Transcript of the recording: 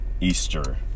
Easter